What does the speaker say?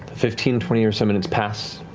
fifteen, twenty or so minutes pass.